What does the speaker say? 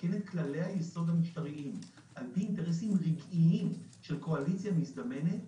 לתקן את כללי-היסוד המשטריים על פי אינטרסים רגעיים של קואליציה מזדמנת,